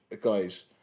guys